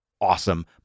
awesome